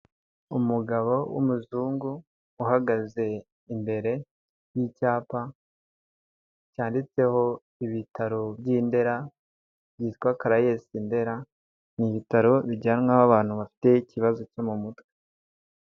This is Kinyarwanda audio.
Umugabo w'umuzungu uhagaze imbere y'icyapa cyanditseho ibitaro by'i Ndera byitwa karayezi Ndera ni ibitaro bijyanwaho abantu bafite ikibazo cyo mu mutwe.